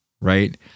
right